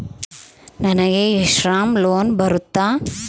ನನಗೆ e Shram loan ಬರುತ್ತಾ?